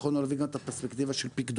יכולנו להביא גם את הפרספקטיבה של פיקדונות.